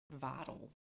vital